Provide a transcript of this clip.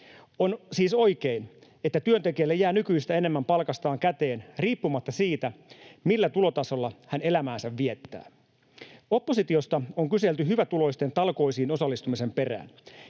On siis oikein, että työntekijälle jää nykyistä enemmän palkastaan käteen riippumatta siitä, millä tulotasolla hän elämäänsä viettää. Oppositiosta on kyselty hyvätuloisten talkoisiin osallistumisen perään.